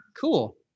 Cool